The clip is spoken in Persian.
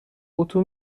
اتو